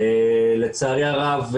לצערי הרב,